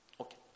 Okay